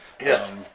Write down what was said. Yes